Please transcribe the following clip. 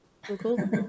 Cool